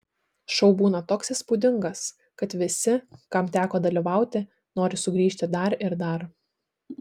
šou būna toks įspūdingas kad visi kam teko dalyvauti nori sugrįžti dar ir dar